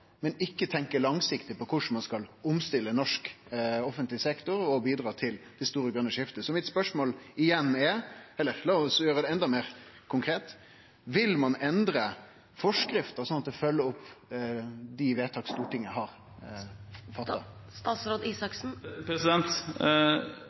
men ikkje tenkjer langsiktig på korleis ein skal omstille norsk offentleg sektor og bidra til det store grøne skiftet. Så mitt spørsmål er, igjen – eller la oss gjere det enda meir konkret: Vil ein endre forskrifta, slik at ho følgjer opp dei vedtaka Stortinget har